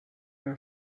are